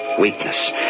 weakness